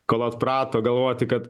kol atprato galvoti kad